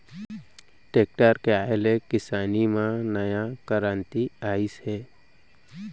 tractor के आए ले किसानी म नवा करांति आइस हे